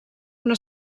una